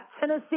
Tennessee